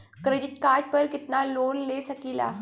Credit card पर कितनालोन ले सकीला?